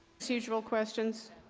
procedural questions?